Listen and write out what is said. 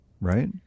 right